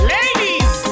Ladies